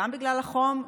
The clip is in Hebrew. גם בגלל החום,